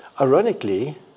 ironically